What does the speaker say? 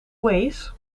waze